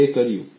તો કયું